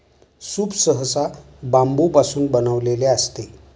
soup सहसा बांबूपासून बनविलेले असते